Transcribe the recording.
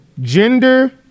gender